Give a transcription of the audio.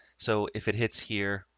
so if it hits here,